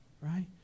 Right